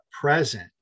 present